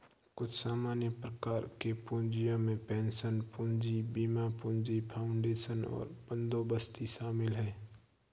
कुछ सामान्य प्रकार के पूँजियो में पेंशन पूंजी, बीमा पूंजी, फाउंडेशन और बंदोबस्ती शामिल हैं